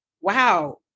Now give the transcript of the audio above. wow